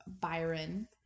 Byron